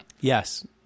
Yes